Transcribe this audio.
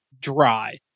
dry